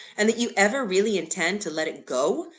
and that you ever really intend to let it go,